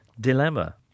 Dilemma